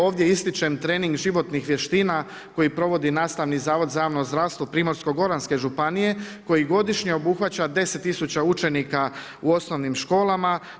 Ovdje ističem trening životnih vještina koji provodi Nastavni zavod za javno zdravstvo Primorsko-goranske županije koji godišnje obuhvaća 10 tisuća učenika u osnovnim školama.